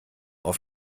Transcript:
auf